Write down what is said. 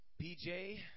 PJ